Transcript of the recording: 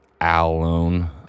Alone